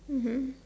mmhmm